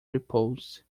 repose